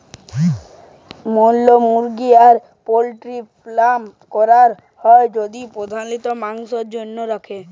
ম্যালা মুরগি আর পল্ট্রির পালল ক্যরাক হ্যয় যাদের প্রধালত মাংসের জনহে রাখে